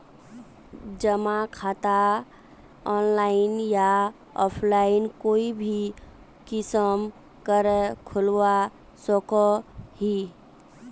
जमा खाता ऑनलाइन या ऑफलाइन कोई भी किसम करे खोलवा सकोहो ही?